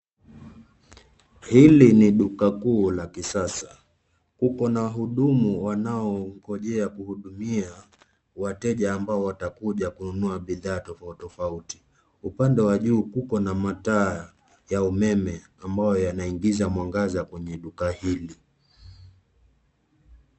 Hili ni duka kuu la kisasa. Kuko na wahudumu wanaongojea kuhudumia wateja ambao watakuja kununua bidhaa tofautitofauti. Upande wa juu kuko na mataa ya umeme ambayo yanaingiza mwangaza kwenye duka hili.